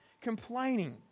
complaining